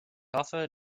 hoffe